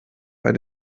bei